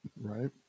right